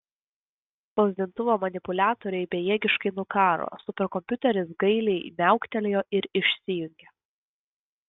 spausdintuvo manipuliatoriai bejėgiškai nukaro superkompiuteris gailiai miauktelėjo ir išsijungė